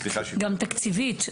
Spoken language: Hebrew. סליחה שהתפרצתי.